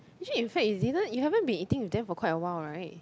actually in fact you didn't you haven't been eating with them for quite a while [right]